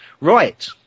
right